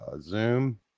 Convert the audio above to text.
Zoom